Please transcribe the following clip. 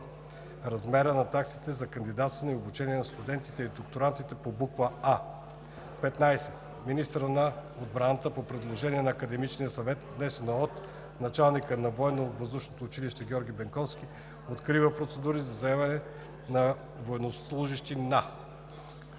размера на таксите за кандидатстване и обучение на студентите и докторантите по буква „а“. 15. Министърът на отбраната по предложение на Академичния съвет, внесено от началника на Висшето военновъздушно училище „Георги Бенковски“, открива процедури за заемане от военнослужещи на: